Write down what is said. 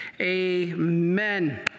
amen